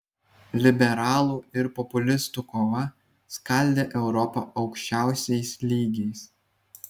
liberalų ir populistų kova skaldė europą aukščiausiais lygiais